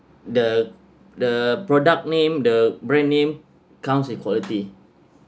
the the product name the brand name counts equality